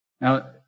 Now